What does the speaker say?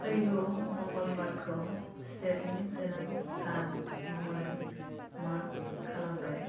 फैगौ मंगलबारखौ स्टेभ नि जोनोम सान महरै मार्क खालामबाय